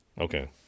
Okay